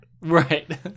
right